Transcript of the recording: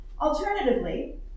Alternatively